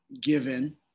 given